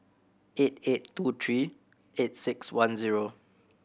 eight eight two three eight six one zero